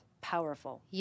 powerful